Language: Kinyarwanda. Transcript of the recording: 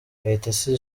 kayitesi